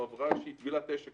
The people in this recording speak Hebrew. עברה טבילת אש כזאת.